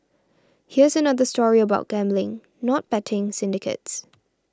here's another story about gambling not betting syndicates